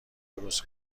درست